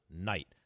night